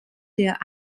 der